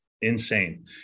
insane